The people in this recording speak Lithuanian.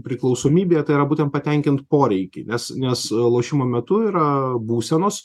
priklausomybė tai yra būtent patenkint poreikį nes nes lošimo metu yra būsenos